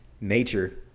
nature